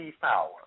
Power